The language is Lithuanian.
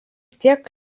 tiek